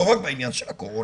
לא רק בעניין של הקורונה.